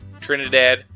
Trinidad